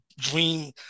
dream